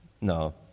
No